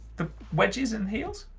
the wedges and heels?